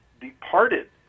departed